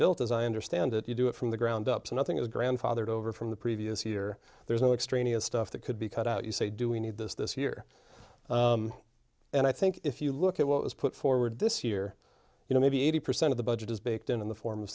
built as i understand it you do it from the ground up so nothing is grandfathered over from the previous year there's no extraneous stuff that could be cut out you say do we need this this year and i think if you look at what was put forward this year you know maybe eighty percent of the budget is baked in in the form of